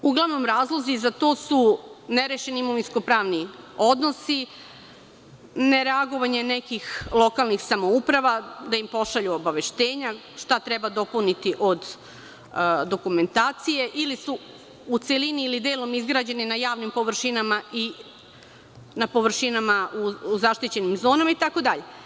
Uglavnom, razlozi za to su nerešeni imovinsko-pravni odnosi, nereagovanje nekih lokalnih samouprava, da im pošalju obaveštenja, šta treba dobaviti od dokumentacije ili su u celini ili delom izgrađeni na javnim površinama i na površinama u zaštićenim zonama itd.